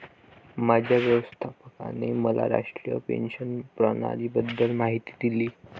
माझ्या व्यवस्थापकाने मला राष्ट्रीय पेन्शन प्रणालीबद्दल माहिती दिली